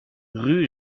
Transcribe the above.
rue